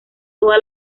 toda